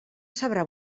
sabrà